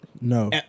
No